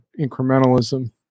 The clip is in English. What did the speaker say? incrementalism